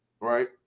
right